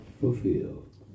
fulfilled